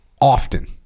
often